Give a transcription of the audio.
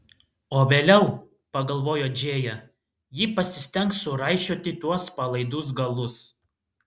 o vėliau pagalvojo džėja ji pasistengs suraišioti tuos palaidus galus